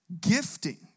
Gifting